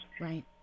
right